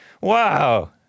Wow